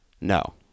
No